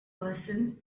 person